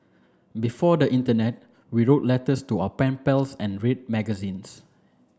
before the internet we wrote letters to our pen pals and read magazines